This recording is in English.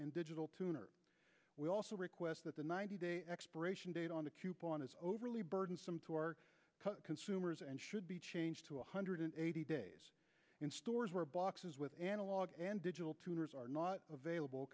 and digital tuner we also request that the ninety day expiration date on the coupon is overly burdensome to our consumers and should be changed to one hundred eighty days in stores where boxes with analog and digital tuners are not available